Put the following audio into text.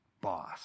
boss